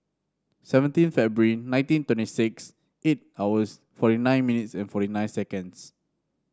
seventeen February nineteen twenty six eight hours forty nine minutes and forty nine seconds